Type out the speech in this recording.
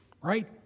Right